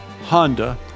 Honda